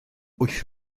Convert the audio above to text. wyth